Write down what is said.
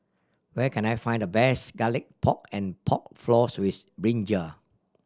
where can I find the best Garlic Pork and Pork Floss with brinjal